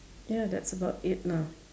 ya that's about it lah